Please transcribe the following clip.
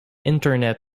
internet